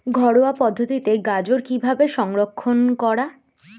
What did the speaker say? ঘরোয়া পদ্ধতিতে গাজর কিভাবে সংরক্ষণ করা?